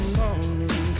morning